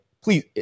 Please